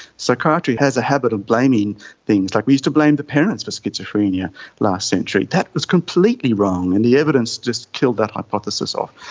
psychiatry has a habit of blaming things, like, we used to blame the parents for but schizophrenia last century. that was completely wrong and the evidence just killed that hypothesis off.